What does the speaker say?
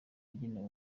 yagenewe